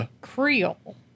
Creole